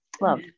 love